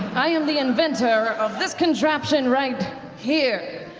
i am the inventor of this contraption right here.